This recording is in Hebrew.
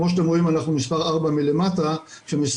כמו שאתם רואים אנחנו מספר ארבע מלמטה כשמסתכלים